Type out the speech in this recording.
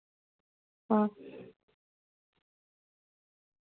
हां